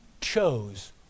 chose